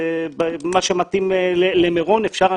מה שמתאים למירון אפשר,